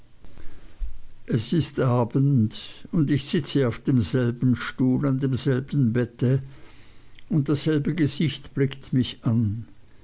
es ist abend und ich sitze auf demselben stuhl an demselben bette und dasselbe gesicht blickt mich an